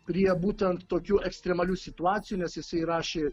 prie būtent tokių ekstremalių situacijų nes jisai rašė